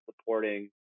supporting